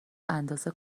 اندازه